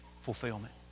fulfillment